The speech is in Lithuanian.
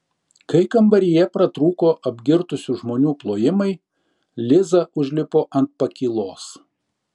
kai kambaryje pratrūko apgirtusių žmonių plojimai liza užlipo ant pakylos